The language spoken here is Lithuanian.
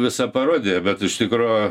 visa parodija bet iš tikro